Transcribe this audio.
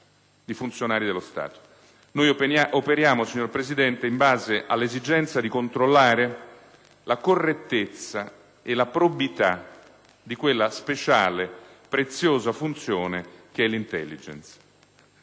Noi operiamo, signor Presidente, in base all'esigenza di controllare la correttezza e la probità di quella speciale, preziosa funzione che è l'*intelligence*.